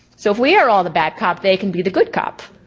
so if we are all the bad cop, they can be the good cop.